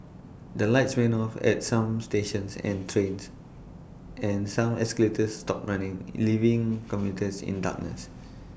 the lights went off at some stations and trains and some escalators stopped running leaving commuters in darkness